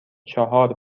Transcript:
چهار